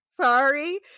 sorry